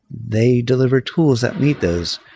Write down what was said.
they deliver tools that need those,